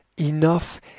Enough